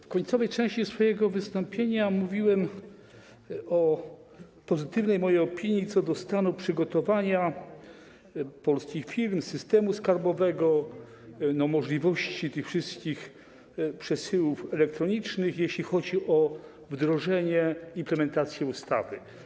W końcowej części swojego wystąpienia mówiłem o mojej pozytywnej opinii co do stanu przygotowania polskich firm, systemu skarbowego, możliwości tych wszystkich przesyłów elektronicznych, jeśli chodzi o wdrożenie implementacji ustawy.